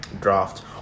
draft